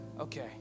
Okay